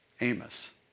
Amos